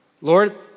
Lord